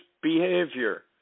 behavior